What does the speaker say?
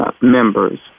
members